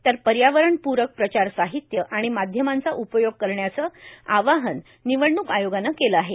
तर पर्यावरण प्रक प्रचार साहित्य आणि माध्यमांचा उपयोग करण्याचे आवाहन निवडणूक आयोगाने केले आहे